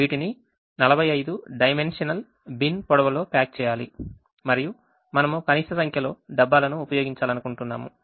వీటిని 45 dimensional bin పొడవులో pack చేయాలి మరియు మనము కనీస సంఖ్యలో డబ్బాలను ఉపయోగించాలనుకుంటున్నాము